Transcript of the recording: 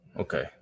Okay